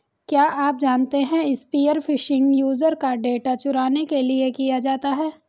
क्या आप जानते है स्पीयर फिशिंग यूजर का डेटा चुराने के लिए किया जाता है?